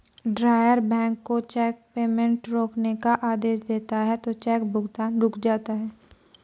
drawer bank को cheque payment रोकने का आदेश देता है तो चेक भुगतान रुक जाता है